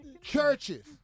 Churches